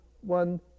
one